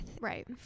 right